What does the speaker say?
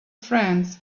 friends